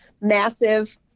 massive